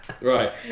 right